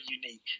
unique